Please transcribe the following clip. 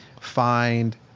find –